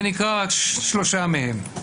ונקרא רק שלושה מהם: